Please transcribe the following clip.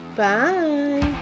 Bye